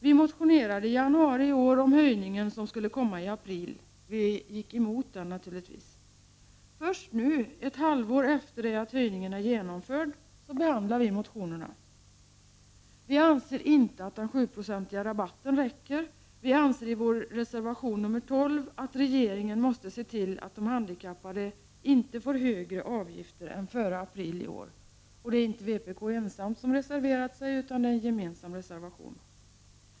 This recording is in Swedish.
Vi motionerade i januari i år om höjningen som skulle komma i april. Vi gick emot den naturligtvis. Först nu, ett halvår efter det att höjningen är genomförd, behandlar kammaren motionerna. Vi anser inte att den sjuprocentiga rabatten räcker. Vi anser i vår reservation nr 12 att regeringen måste se till att de handikappade inte får högre avgifter än före april i år. Och vpk är inte ensamt om att ha reserverat sig, utan det är en gemensam reservation från vpk, folkpartiet och miljöpartiet.